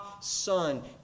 Son